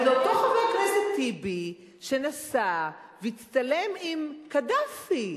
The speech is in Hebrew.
הרי זה אותו חבר כנסת טיבי שנסע והצטלם עם קדאפי.